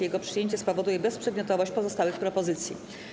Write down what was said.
Jego przyjęcie spowoduje bezprzedmiotowość pozostałych propozycji.